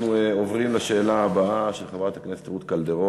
אנחנו עוברים לשאלה הבאה של חברת הכנסת רות קלדרון,